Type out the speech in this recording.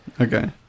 okay